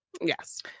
Yes